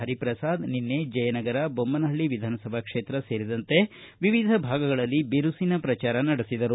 ಹರಿಪ್ರಸಾದ ನಿನ್ನೆ ಜಯನಗರ ಬೊಮ್ಮನಹಳ್ಳ ವಿಧಾನಸಭಾ ಕ್ಷೇತ್ರ ಸೇರಿದಂತೆ ವಿವಿಧ ಭಾಗಗಳಲ್ಲಿ ಬಿರುಸಿನ ಪ್ರಚಾರ ನಡೆಸಿದರು